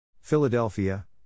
Philadelphia